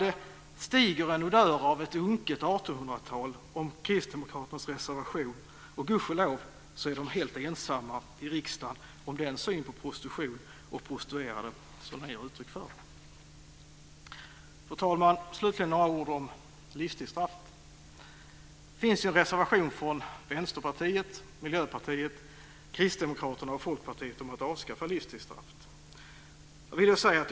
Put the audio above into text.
Det stiger en odör av ett unket 1800 tal om Kristdemokraternas reservation, och gudskelov så är de helt ensamma i riksdagen om den synen på prostitution och prostituerade. Fru talman! Slutligen vill jag säga några ord om livstidsstraffet. Det finns en reservation från Vänsterpartiet, Miljöpartiet, Kristdemokraterna och Folkpartiet om att avskaffa livstidsstraffet.